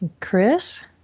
Chris